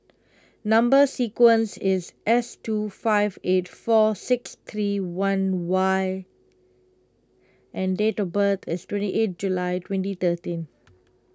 Number Sequence is S two five eight four six three one Y and date of birth is twenty eight July twenty thirteen